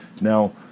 now